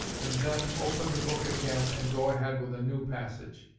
and then open the book again and go ahead with a new passage.